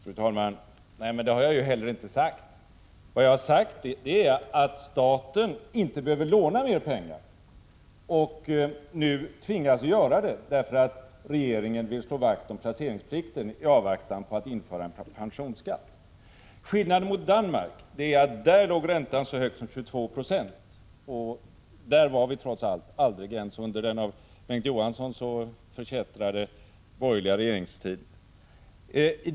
Fru talman! Det har jag heller inte sagt. Vad jag har sagt är att staten inte behöver låna mer pengar mot prioriterade obligationer. Men nu tvingas staten göra det, därför att regeringen vill slå vakt om placeringsplikten, i avvaktan på införandet av en pensionsskatt. Skillnaden i förhållande till Danmark är att räntan där låg så högt som på 22 Ye. Inte ens under den av Bengt K. Å. Johansson så förkättrade borgerliga regeringstiden låg räntan tillnärmelsevis så högt här i Sverige.